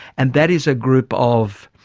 and that is a group of,